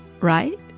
right